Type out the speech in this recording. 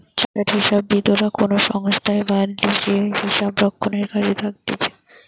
chartered হিসাববিদরা কোনো সংস্থায় বা লিজে হিসাবরক্ষণের কাজে থাকতিছে